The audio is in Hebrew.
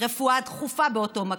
רפואה דחופה באותו מקום,